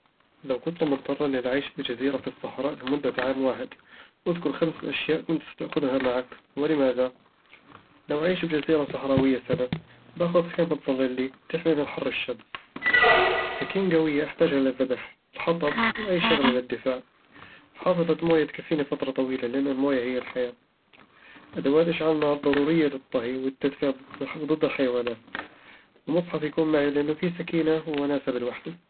لو كنتَ مضطرًا للعيش بجزيرة في الصحراء لمدة عام واحد، اذكر خمسة أشياء كنت ستأخذها معك؟ ولماذا؟ لو أعيش بجزيرة صحراوية سنة، بأخذ خيمة تظلّلني وتحمي من حر الشمس سكين قوية أحتاجها للذبح، الحطب، وأي شغلة للدفاع. وحافظة موية تكفيني فتره طويلة، لأن الموية هي الحياة أدوات إشعال نار ضرورية للطهي والتدفئة وضد الحيوانات. ومصحف يكون معي لأنّ فيه سكينة ووناسة بالوحدة